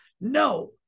No